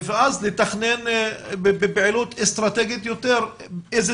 ואז לתכנן בפעילות אסטרטגית יותר באיזה